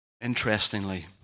Interestingly